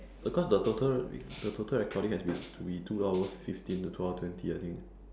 because the total the total recording has to be total two hour fifteen to two hour twenty I think